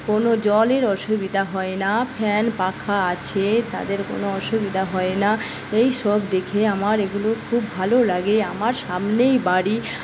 কোনো জলের অসুবিধা হয় না ফ্যান পাখা আছে তাদের কোনো অসুবিধা হয় না এই সব দেখে আমার এগুলো খুব ভালো লাগে আমার সামনেই বাড়ি